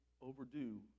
overdue